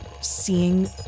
seeing